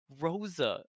Rosa